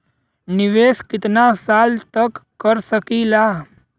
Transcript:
निवेश कितना साल तक कर सकीला?